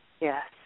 Yes